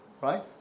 right